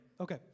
Okay